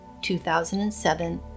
2007